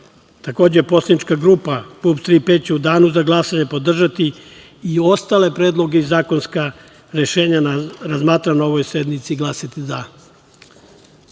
Takođe poslanička grupa PUPS „Tri P“ će u danu za glasanje podržati i ostale predloge i zakonska rešenja razmatrana na ovoj sednici i glasati